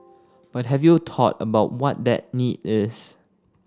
but have you taught about what that need is